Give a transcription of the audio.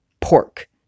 pork